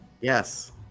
Yes